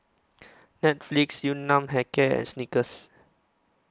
Netflix Yun Nam Hair Care and Snickers